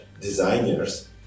designers